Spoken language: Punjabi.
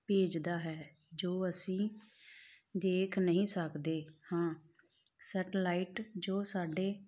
ਭੇਜਦਾ ਹੈ ਜੋ ਅਸੀਂ ਦੇਖ ਨਹੀਂ ਸਕਦੇ ਹਾਂ ਸੈੱਟਲਾਈਟ ਜੋ ਸਾਡੇ